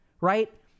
right